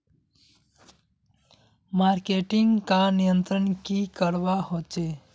Marketing का नियंत्रण की करवा होचे?